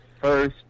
first